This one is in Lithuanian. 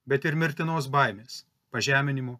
bet ir mirtinos baimės pažeminimo